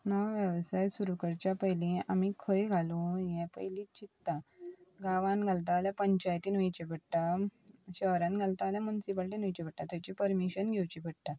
नवे वेवसाय सुरू करच्या पयली आमी खंय घालूं हें पयलीं चित्ता गांवांत घालता जाल्यार पंचायतीन वयचें पडटा शहरान घालता जाल्यार मुन्सिपालटीन वयचें पडटा थंयची परमिशन घेवची पडटा